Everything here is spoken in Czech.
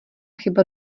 chyba